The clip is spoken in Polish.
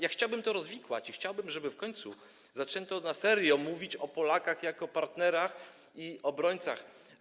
Ja chciałbym to rozwikłać i chciałbym, żeby w końcu zaczęto na serio mówić o Polakach jako partnerach i o obrońcach.